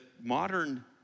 modern